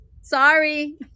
sorry